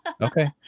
Okay